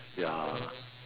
ya